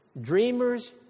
Dreamers